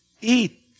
eat